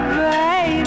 baby